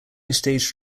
stage